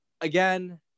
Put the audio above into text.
again